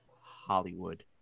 Hollywood